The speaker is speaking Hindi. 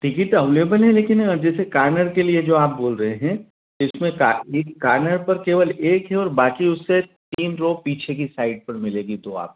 टिकिट तो अवलेबल है लेकिन जैसे कार्नर के लिए जो आप बोल रहे हैं इसमें कार एक कार्नर पर केवल एक केवल बाक़ी उससे तीन ठो पीछे की साइड पर मिलेगी तो आप